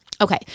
okay